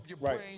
Right